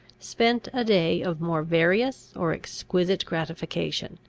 spent a day of more various or exquisite gratification.